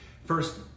First